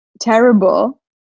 terrible